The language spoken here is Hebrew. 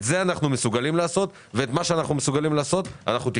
את זה אנחנו מסוגלים לעשות ואת מה שאנחנו מסוגלים לעשות אנחנו תקצבנו.